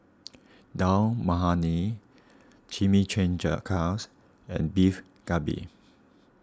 Dal Makhani and Beef Galbi